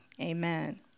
Amen